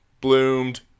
Bloomed